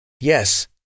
Yes